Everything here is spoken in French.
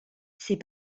ces